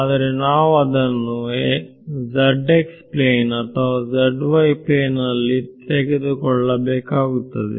ಆದರೆ ನಾವು ಅದನ್ನು zx ಪ್ಲೇನ್ ಅಥವಾ zy ಪ್ಲೇನ್ ನಲ್ಲಿ ತೆಗೆದುಕೊಳ್ಳಬೇಕಾಗುತ್ತದೆ